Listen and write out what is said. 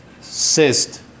cyst